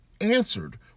answered